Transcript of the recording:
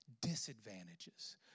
disadvantages